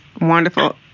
Wonderful